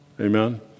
Amen